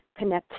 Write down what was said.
connectivity